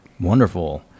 Wonderful